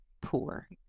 poor